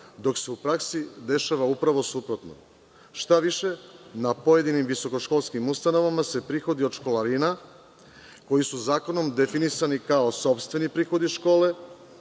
dok se u praksi dešava upravo suprotno. Štaviše, na pojedinim visokoškolskim ustanovama se prihodi od školarina, koji su zakonom definisani kao sopstveni prihodi škole,